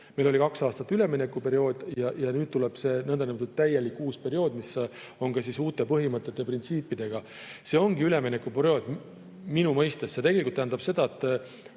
Meil oli kaks aastat üleminekuperiood ja nüüd tuleb see nõndanimetatud täielik uus periood, mis on ka uute põhimõtete ja printsiipidega. See ongi üleminekuperiood minu mõistes. See tegelikult tähendab, et